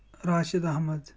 Rashid Ahmad